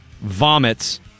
vomits